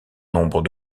nombre